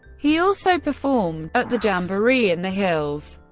he also performed at the jamboree in the hills.